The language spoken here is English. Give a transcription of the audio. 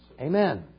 Amen